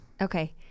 Okay